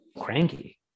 cranky